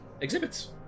exhibits